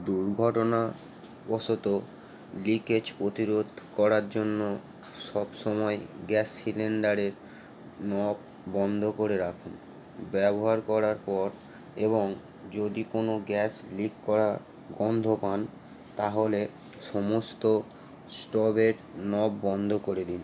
দুর্ঘটনবশত leakage প্রতিরোধ করার জন্য সব সময় গ্যাস সিলিন্ডারের নব বন্ধ করে রাখুন ব্যবহার করার পর এবং যদি কোনো গ্যাস লিক করা গন্ধ পান তাহলে সমস্ত স্টোভের নব বন্ধ করে দিন